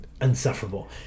Unsufferable